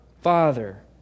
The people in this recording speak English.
Father